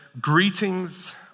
greetings